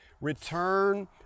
Return